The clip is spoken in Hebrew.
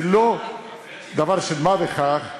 זה לא דבר של מה בכך,